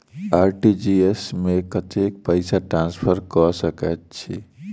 RTGS मे कतेक पैसा ट्रान्सफर कऽ सकैत छी?